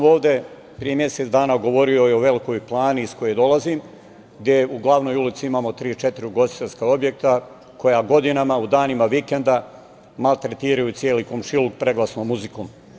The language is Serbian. Ovde sam pre mesec dana govorio i o Velikoj Plani iz koje dolazim, gde u glavnoj ulici imamo tri, četiri ugostiteljska objekta koja godinama u danima vikenda, maltretiraju celi komšiluk preglasnom muzikom.